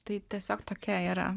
tai tiesiog tokia yra